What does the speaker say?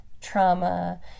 trauma